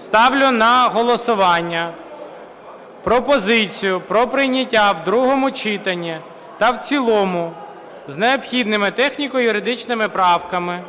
Ставлю на голосування пропозицію про прийняття в другому читанні та в цілому з необхідними техніко-юридичними правками